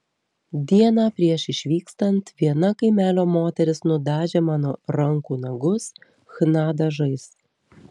dieną prieš išvykstant viena kaimelio moteris nudažė mano rankų nagus chna dažais